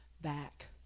back